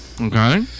Okay